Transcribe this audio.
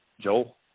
Joel